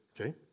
Okay